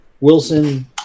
Wilson